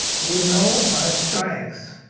you know my strengths,